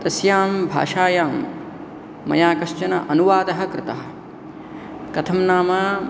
तस्यां भाषायां मया कश्चन अनुवादः कृतः कथं नाम